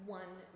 one